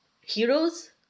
heroes